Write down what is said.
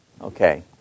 Okay